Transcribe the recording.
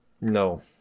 No